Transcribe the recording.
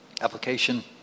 application